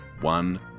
one